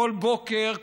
כל בוקר,